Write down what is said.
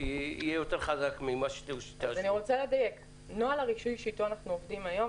עם כל הכבוד ל-HHI ול-API וכל הדברים האלה.